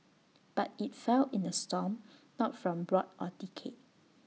but IT fell in A storm not from rot or decay